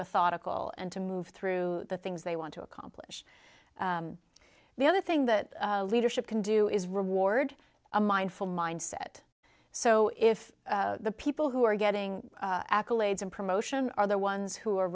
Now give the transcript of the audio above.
methodical and to move through the things they want to accomplish the other thing that leadership can do is reward a mindful mindset so if the people who are getting accolades and promotion are the ones who are